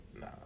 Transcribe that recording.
Nah